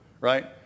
right